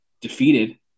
defeated